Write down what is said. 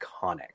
iconic